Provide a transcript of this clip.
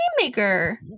maker